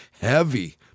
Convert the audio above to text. heavy